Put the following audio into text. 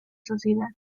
sociedad